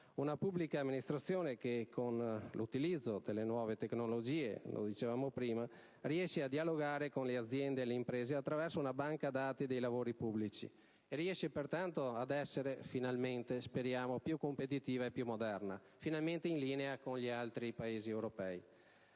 una pubblica amministrazione che con l'utilizzo delle nuove tecnologie riesce a dialogare con le aziende e le imprese attraverso la banca dati dei lavori pubblici e ad essere - speriamo - più competitiva e più moderna, finalmente in linea con gli altri Paesi europei.